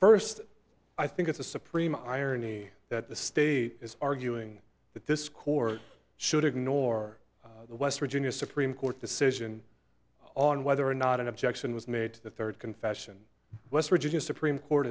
first i think it's a supreme irony that the state is arguing that this court should ignore the west virginia supreme court decision on whether or not an objection was made to the third confession west virginia supreme court